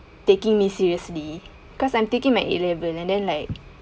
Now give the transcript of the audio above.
taking me seriously because I'm taking my A level and then like